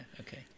okay